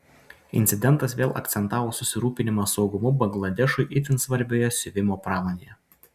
incidentas vėl akcentavo susirūpinimą saugumu bangladešui itin svarbioje siuvimo pramonėje